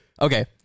Okay